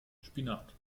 spinat